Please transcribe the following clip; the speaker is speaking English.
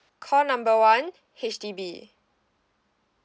call number one H_D_B